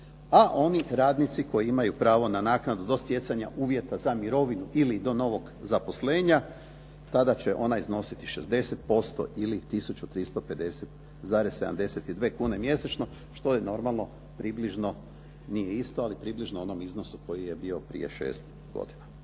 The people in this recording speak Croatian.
a oni radnici koji imaju pravo na naknadu do stjecanja uvjeta za mirovinu ili do novog zaposlenja, tada će ona iznositi 60% ili 1350,72 kune mjesečno što je normalno približno, nije isto, ali približno onom iznosu koji je bio prije šest godina.